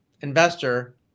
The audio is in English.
investor